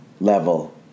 level